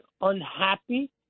unhappy